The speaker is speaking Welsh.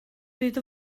bryd